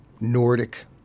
Nordic